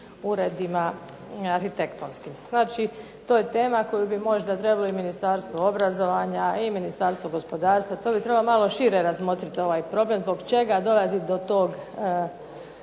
uredima arhitektonskim. Dakle, to je tema koju bi možda trebali Ministarstvo obrazovanja i Ministarstvo gospodarstva, to bi trebalo možda šire razmotriti ovaj problem, zbog čega dolazi do tog